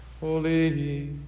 Holy